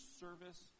service